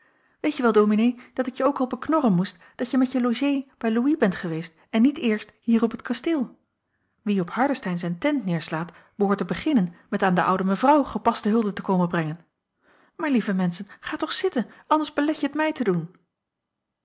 weetje wel dominee dat ik je ook al beknorren moest dat je met je logée bij louis bent geweest en niet eerst hier op t kasteel wie op hardestein zijn tent neêrslaat behoort te beginnen met aan de oude mevrouw gepaste hulde te komen brengen maar lieve menschen ga toch zitten anders belet je t mij te doen